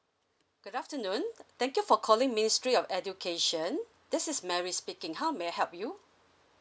good afternoon thank you for calling ministry of education this is mary speaking how may I help you